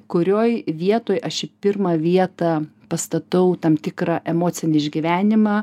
kurioj vietoj aš į pirmą vietą pastatau tam tikrą emocinį išgyvenimą